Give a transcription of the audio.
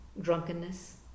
drunkenness